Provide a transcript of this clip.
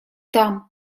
там